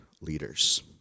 leaders